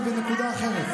אבל בנקודה אחרת,